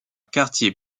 quartier